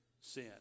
sin